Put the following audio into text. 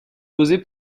poser